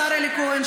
השר אלי כהן,